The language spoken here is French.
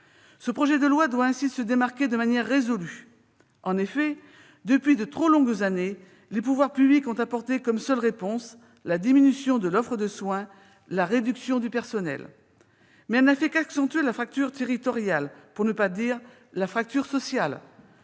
sociale doit se démarquer de manière résolue. En effet, depuis de trop longues années, les pouvoirs publics ont apporté comme seule réponse la diminution de l'offre de soins et la réduction du personnel. Partant, on n'a fait qu'accentuer la fracture territoriale, pour ne pas dire la fracture sociale.